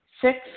Six